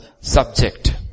subject